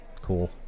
Cool